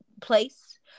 place